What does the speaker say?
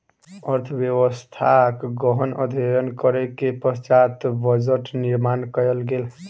अर्थव्यवस्थाक गहन अध्ययन करै के पश्चात बजट निर्माण कयल गेल